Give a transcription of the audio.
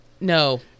no